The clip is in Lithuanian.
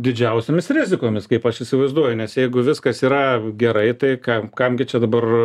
didžiausiomis rizikomis kaip aš įsivaizduoju nes jeigu viskas yra gerai tai kam kam gi čia dabar